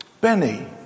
Benny